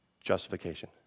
Justification